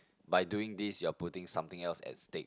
by doing this you are putting something else at state